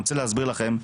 אני רוצה להסביר לכם,